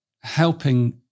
helping